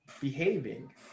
behaving